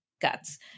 guts